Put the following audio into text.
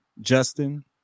Justin